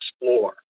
explore